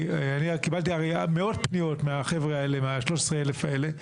קיבלתי מאות פניות מה-13,000 שהחבר'ה שכאן מייצגים.